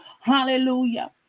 hallelujah